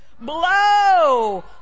Blow